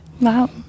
Wow